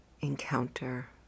encounter